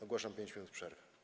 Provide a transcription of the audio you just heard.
Ogłaszam 5 minut przerwy.